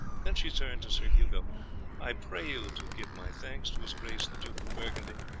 then she turned to sir hugo i pray you to give my thanks to his grace the duke of burgundy,